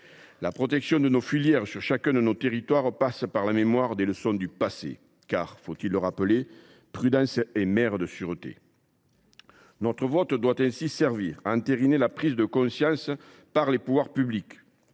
La protection de nos filières sur chacun de nos territoires passe par la mémoire des leçons du passé. Faut il le rappeler : prudence est mère de sûreté. Notre vote doit ainsi servir à entériner la prise de conscience par les pouvoirs publics